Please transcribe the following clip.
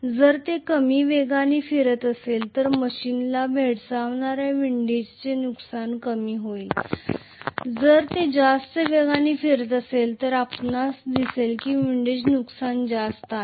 जर ते कमी वेगाने फिरत असेल तर मशीनला भेडसावणाऱ्या विंडिजचे नुकसान कमी होईल जर ते जास्त वेगाने फिरत असेल तर आपणास दिसेल की विंडिजचे नुकसान जास्त आहे